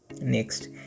Next